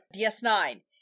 DS9